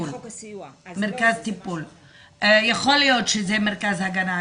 יכול להיות שזה מרכז הגנה.